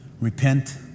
Repent